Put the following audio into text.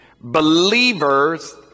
Believers